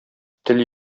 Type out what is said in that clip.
тел